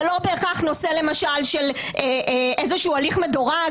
זה לא בהכרח נושא למשל של איזשהו הליך מדורג